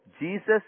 Jesus